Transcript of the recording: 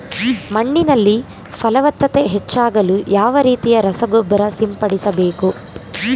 ಮಣ್ಣಿನಲ್ಲಿ ಫಲವತ್ತತೆ ಹೆಚ್ಚಾಗಲು ಯಾವ ರೀತಿಯ ರಸಗೊಬ್ಬರ ಸಿಂಪಡಿಸಬೇಕು?